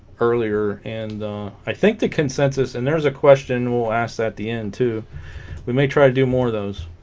earlier and i think the consensus and there's a question we'll ask that the end to we may try to do more of those